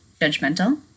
judgmental